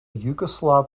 yugoslav